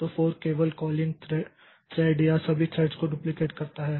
तो फोर्क केवल calling thread या सभी थ्रेड्स को डुप्लिकेट करता है